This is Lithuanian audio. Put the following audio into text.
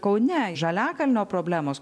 kaune žaliakalnio problemos